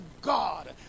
God